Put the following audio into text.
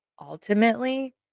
Ultimately